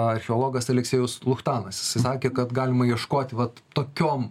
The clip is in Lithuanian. archeologas aleksiejus luchtanas jisais sakė kad galima ieškot vat tokiom